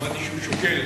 שמעתי שהוא שוקל,